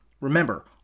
Remember